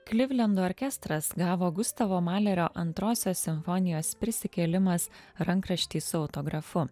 klivlendo orkestras gavo gustavo malerio antrosios simfonijos prisikėlimas rankraštį su autografu